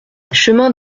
chemin